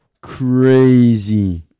Crazy